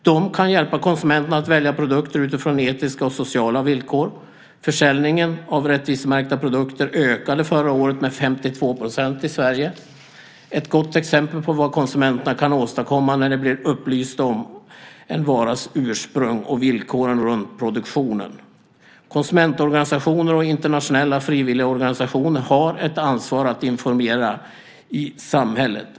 De kan hjälpa konsumenterna att välja produkter utifrån etiska och sociala villkor. Försäljningen av rättvisemärkta produkter ökade förra året i Sverige med 52 %, vilket är ett gott exempel på vad konsumenter kan åstadkomma när de blir upplysta om en varas ursprung och villkoren runt produktionen. Konsumentorganisationer och internationella frivilligorganisationer har ett ansvar att informera i samhället.